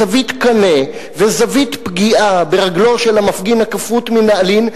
זווית קנה וזווית פגיעה ברגלו של המפגין הכפות מנעלין,